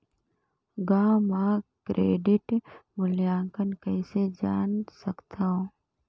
गांव म क्रेडिट मूल्यांकन कइसे जान सकथव?